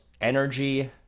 energy